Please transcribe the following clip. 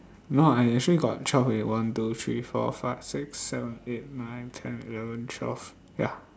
no I actually got twelve already one two three four five six seven eight nine ten eleven twelve ya